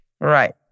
Right